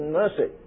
mercy